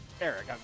Eric